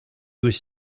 was